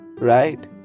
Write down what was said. right